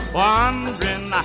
wondering